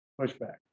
pushback